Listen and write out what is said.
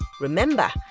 remember